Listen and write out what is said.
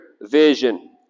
vision